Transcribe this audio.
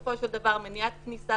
מניעת כניסה